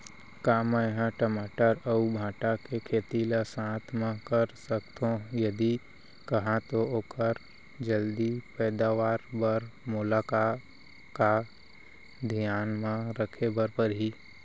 का मै ह टमाटर अऊ भांटा के खेती ला साथ मा कर सकथो, यदि कहाँ तो ओखर जलदी पैदावार बर मोला का का धियान मा रखे बर परही?